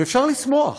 ואפשר לשמוח